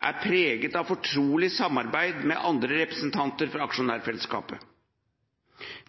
er preget av fortrolig samarbeid med andre representanter fra aksjonærfellesskapet.